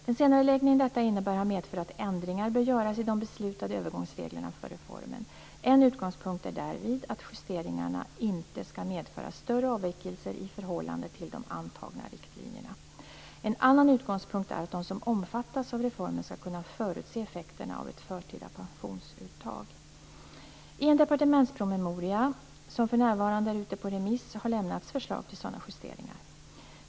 Den senareläggning detta innebär har medfört att ändringar bör göras i de beslutade övergångsreglerna för reformen. En utgångspunkt är därvid att justeringarna inte skall medföra större avvikelser i förhållande till de antagna riktlinjerna. En annan utgångspunkt är att de som omfattas av reformen skall kunna förutse effekterna av ett förtida pensionsuttag. I en departementspromemoria som för närvarande är ute på remiss har förslag lämnats till sådana justeringar.